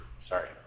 sorry